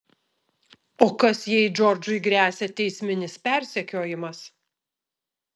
o kas jei džordžui gresia teisminis persekiojimas